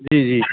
जी जी